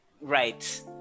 right